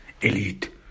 elite